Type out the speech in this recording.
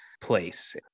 place